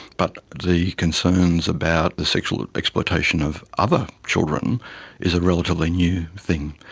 but the concerns about the sexual exploitation of other children is a relatively new thing,